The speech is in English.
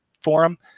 forum